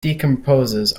decomposes